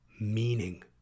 meaning